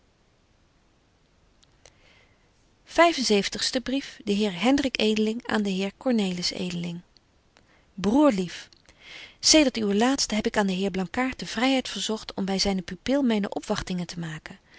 brief de heer hendrik edeling aan den heer cornelis edeling broerlief zedert uwen laatsten heb ik aan den heer blankaart de vryheid verzogt om by zyne pupil myne opwagtingen te maken